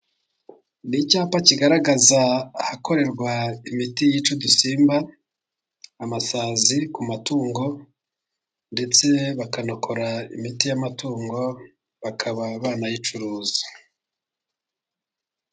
Ni icyapa kigaragaza ahakorerwa imiti yica udusimba, amasazi ku matungo, ndetse bakanakora imiti y'amatungo, bakaba banayicuruza.